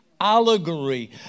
allegory